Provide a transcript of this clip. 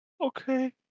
Okay